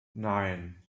nein